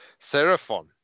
Seraphon